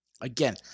Again